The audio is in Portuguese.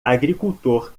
agricultor